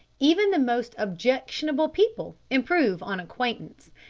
even the most objectionable people improve on acquaintance,